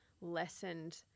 lessened